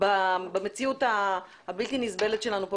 המשטרה הירוקה בנויה ממערך מודיעין,